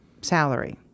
salary